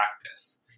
practice